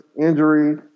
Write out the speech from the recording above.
injury